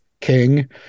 King